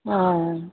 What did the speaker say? आयँ